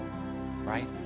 right